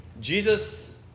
Jesus